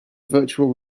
virtual